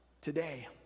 today